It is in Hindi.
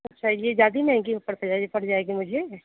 अच्छा यह ज़्यादी महंगी पड़ते पड़ जाएगी मुझे